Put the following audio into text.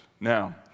Now